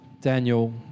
daniel